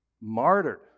martyred